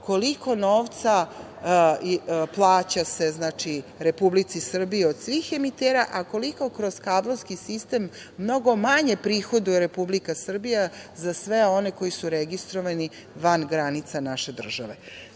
koliko novca plaća se Republici Srbiji od svih emitera, a koliko kroz kablovski sistem mnogo manje prihoduje Republika Srbija za sve one koji su registrovani van granica naše države. Prema